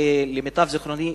למיטב זיכרוני,